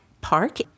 park